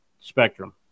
spectrum